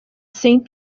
saint